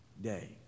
day